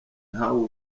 ntawo